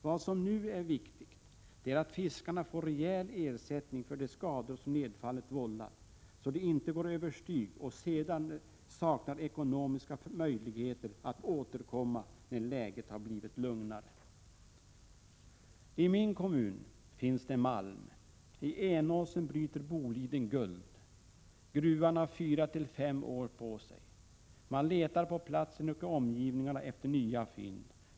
Vad som nu är viktigt är att fiskarna får rejäl ersättning för skador som nedfallet har vållat så att de inte går över styr och sedan saknar ekonomiska möjligheter att återkomma när läget har blivit lugnare. I min kommun finns det malm. I Enåsen bryter Boliden guld. Gruvan har fyra till fem år på sig. Man letar på platsen och i omgivningen efter nya fynd.